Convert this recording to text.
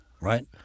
Right